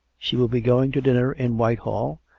she will be going to dinner in whitehall,